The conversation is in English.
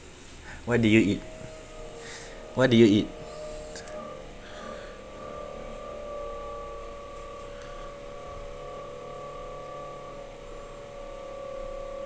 what did you eat what did you eat